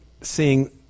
seeing